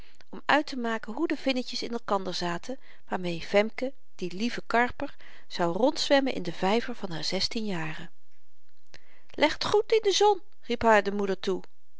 om uittemaken hoe de vinnetjes in elkander zaten waarmeê femke die lieve karper zou rondzwemmen in den vyver van haar zestien jaren leg t goed in de zon riep haar de moeder toe